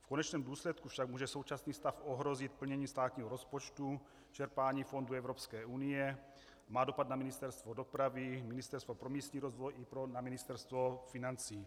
V konečném důsledku však může současný stav ohrozit plnění státního rozpočtu, čerpání fondů Evropské unie, má dopad na Ministerstvo dopravy, Ministerstvo pro místní rozvoj i na Ministerstvo financí.